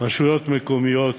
רשויות מקומיות,